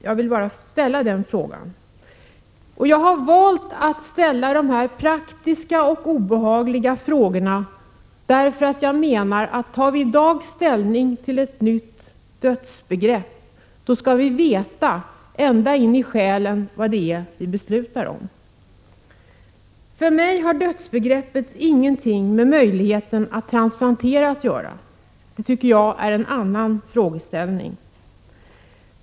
Jag har valt att ställa de här praktiska och obehagliga frågorna därför att jag menar att om vi i dag tar ställning till ett nytt dödsbegrepp skall vi veta, ända in i själen, vad det är vi beslutar om. För mig har dödsbegreppet ingenting med möjligheten att transplantera att göra. Det är för mig en helt annan frågeställning.